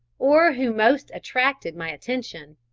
or who most attracted my attention.